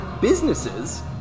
businesses